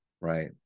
right